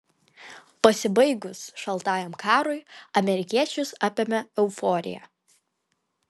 pasibaigus šaltajam karui amerikiečius apėmė euforija